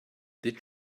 did